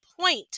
point